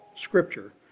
Scripture